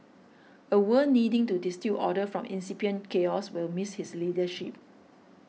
a world needing to distil order from incipient chaos will miss his leadership